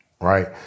Right